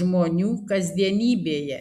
žmonių kasdienybėje